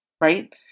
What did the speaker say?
Right